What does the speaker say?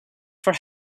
for